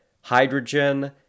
hydrogen